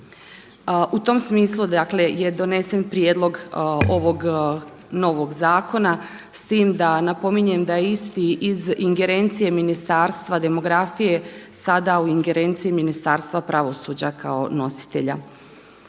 U tom smislu, dakle je donesen prijedlog ovog novog zakona s tim da napominjem da isti iz ingerencije Ministarstva demografije sada u ingerenciji Ministarstva pravosuđa kao nositelja.